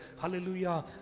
hallelujah